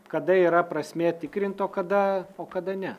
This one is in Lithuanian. kada yra prasmė tikrint o kada o kada ne